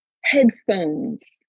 headphones